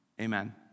Amen